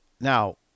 now